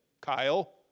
Kyle